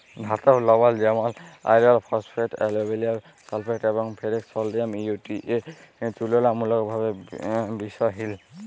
ধাতব লবল যেমল আয়রল ফসফেট, আলুমিলিয়াম সালফেট এবং ফেরিক সডিয়াম ইউ.টি.এ তুললামূলকভাবে বিশহিল